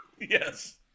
Yes